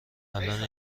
الان